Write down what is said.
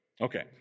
Okay